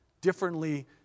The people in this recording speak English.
differently